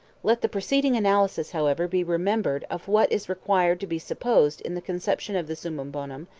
let the preceding analysis, however, be remembered of what is required to be supposed in the conception of the summum bonum,